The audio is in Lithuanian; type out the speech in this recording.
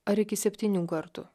ar iki septynių kartų